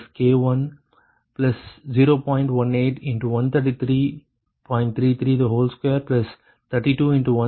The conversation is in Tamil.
ஆகும்